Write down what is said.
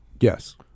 Yes